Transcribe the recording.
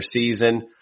season